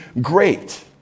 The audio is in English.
great